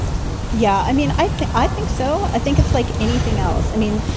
yeah. i mean, i think i think so. i think it's like anything else. i mean,